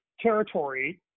territory